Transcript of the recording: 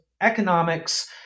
economics